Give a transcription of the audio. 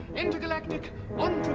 intergalactic